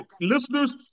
Listeners